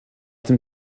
dem